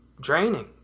draining